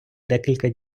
декілька